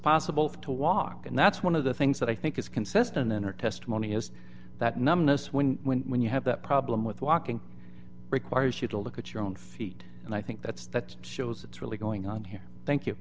possible to walk and that's one of the things that i think is consistent in her testimony is that numbness when when when you have that problem with walking requires you to look at your own feet and i think that's that shows it's really going on here thank you